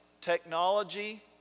technology